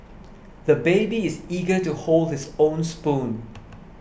the baby is eager to hold his own spoon